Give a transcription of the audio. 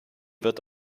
wird